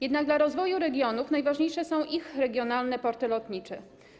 Jednak dla rozwoju regionów najważniejsze są ich regionalne porty lotnicze.